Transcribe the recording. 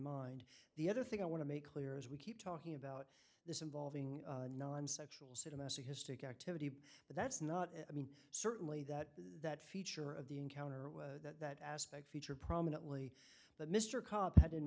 mind the other thing i want to make clear as we keep talking about this involving non sexual city masochistic activity but that's not i mean certainly that that feature of the encounter was that aspect featured prominently but mr cobb had in